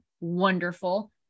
Wonderful